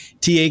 TA